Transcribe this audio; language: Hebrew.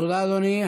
תודה, אדוני.